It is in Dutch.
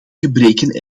gebreken